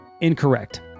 Incorrect